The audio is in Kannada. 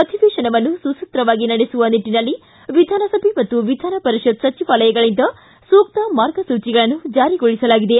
ಅಧಿವೇಶನವನ್ನು ಸುಸೂತ್ರವಾಗಿ ನಡೆಸುವ ನಿಟ್ಟನಲ್ಲಿ ವಿಧಾನಸಭೆ ಹಾಗೂ ವಿಧಾನಪರಿಷತ್ ಸಚಿವಾಲಯಗಳಿಂದ ಸೂಕ್ತ ಮಾರ್ಗಸೂಚಿಗಳನ್ನು ಜಾರಿಗೊಳಿಸಲಾಗಿದೆ